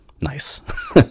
nice